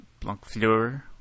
Blancfleur